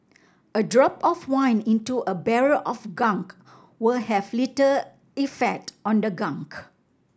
a drop of wine into a barrel of gunk will have little effect on the gunk